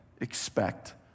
expect